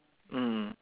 mm